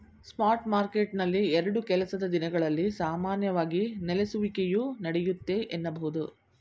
spot ಮಾರ್ಕೆಟ್ನಲ್ಲಿ ಎರಡು ಕೆಲಸದ ದಿನಗಳಲ್ಲಿ ಸಾಮಾನ್ಯವಾಗಿ ನೆಲೆಸುವಿಕೆಯು ನಡೆಯುತ್ತೆ ಎನ್ನಬಹುದು